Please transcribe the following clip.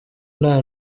nta